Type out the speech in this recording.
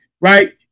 right